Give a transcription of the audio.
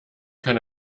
kann